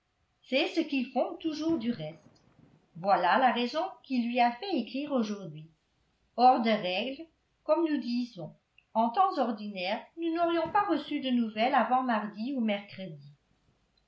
c'est ce qu'ils font toujours du reste voilà la raison qui lui a fait écrire aujourd'hui hors de règle comme nous disons en temps ordinaire nous n'aurions pas reçu de nouvelles avant mardi ou mercredi